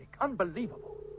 Unbelievable